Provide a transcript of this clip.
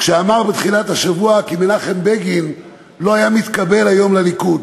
כשאמר בתחילת השבוע כי מנחם בגין לא היה מתקבל היום לליכוד.